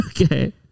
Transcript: Okay